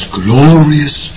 glorious